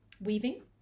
weaving